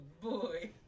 boy